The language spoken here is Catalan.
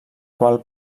qual